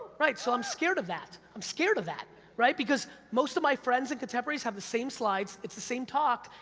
right, so i'm scared of that. i'm scared of that, right? because most of my friends and contemporaries have the same slides, it's the same talk,